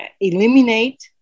eliminate